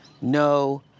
no